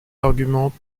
arguments